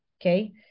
Okay